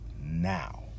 now